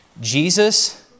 Jesus